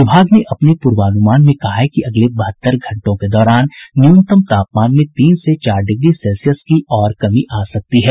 विभाग ने अपने पूर्वानुमान में कहा है कि अगले बहत्तर घंटों के दौरान न्यूनतम तापमान में तीन से चार डिग्री सेल्सियस की और कमी आ सकती है